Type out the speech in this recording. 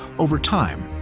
over time,